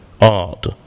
art